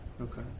Okay